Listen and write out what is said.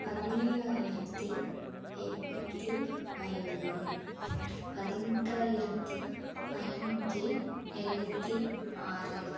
பதினேழாயிரத்தி எண்ணூத்தி ஐம்பது பதினெட்டாயிரத்தி ஐநூற்றி எழுபத்தி ஆறு